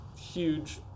huge